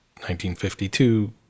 1952